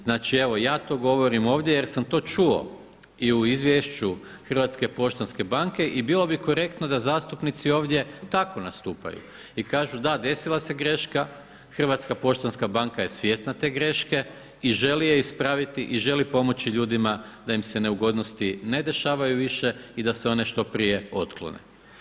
Znači evo ja to govorim ovdje jer sam to čuo i u Izvješću Hrvatske poštanske banke i bilo bi korektno da zastupnici ovdje tako nastupaju i kažu da, desila se greška, Hrvatska poštanska banka je svjesna te greške i želi je ispraviti i želi pomoći ljudima da im se neugodnosti ne dešavaju više i da se one što prije otklone.